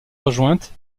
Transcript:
rejointe